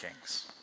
kings